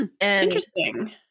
Interesting